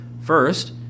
First